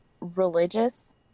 religious